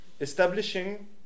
establishing